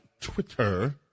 Twitter